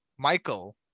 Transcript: michael